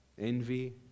envy